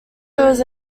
was